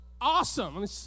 awesome